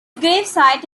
gravesite